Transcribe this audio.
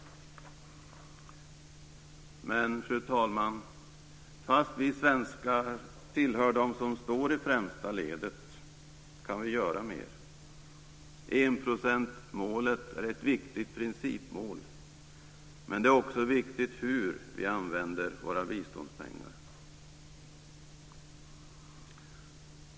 Fru talman! Trots att vi svenskar tillhör dem som står i främsta ledet kan vi göra mer. Enprocentsmålet är ett viktigt principmål. Men det är också viktigt hur vi använder våra biståndspengar.